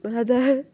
हजुर